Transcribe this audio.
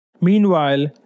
Meanwhile